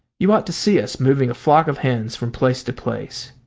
you ought to see us moving a flock of hens from place to place.